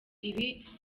ibi